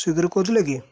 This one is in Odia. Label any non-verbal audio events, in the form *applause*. *unintelligible* କହୁଥିଲେ କି